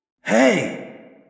Hey